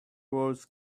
wars